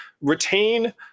retain